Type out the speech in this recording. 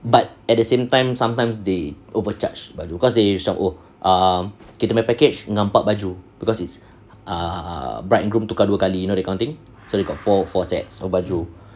but at the same time sometimes they overcharged because they macam oh because it's err package dengan empat baju cause it's err bride and groom tukar dua kali you know that kind of thing so they got four four sets of baju